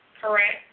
correct